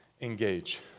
engage